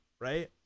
right